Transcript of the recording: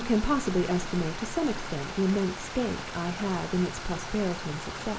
you can possibly estimate to some extent the immense stake i have in its prosperity and success.